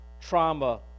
trauma